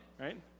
Right